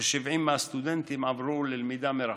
וכ-70% מהסטודנטים עברו ללמידה מרחוק.